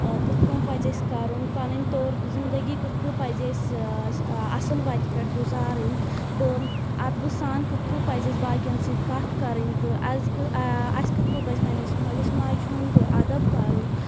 کِتھٕ پٲٹھۍ پَزِ اَسہِ کَرُن پنٕنۍ طور زِنٛدگی کِتھٕ پٲٹھۍ پَزِ اَسہِ اَصٕل وتہِ پٮ۪ٹھ گُزارِنۍ تہٕ اَدبہٕ سان کِتھٕ کٔنۍ پَزِ اَسہِ باقین سۭتۍ کَتھ کَرٕنۍ تہٕ أزۍکہِ اَسہِ کِتھٕ پٲٹھۍ پَزِ پنٕنِس مٲلس ماجہِ ہُنٛد اَدب کَرُن